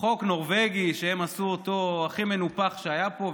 חוק נורבגי שהם עשו אותו הכי מנופח שהיה פה.